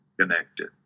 connected